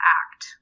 act